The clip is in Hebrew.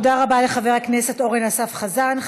תודה רבה לחבר הכנסת אורן אסף חזן.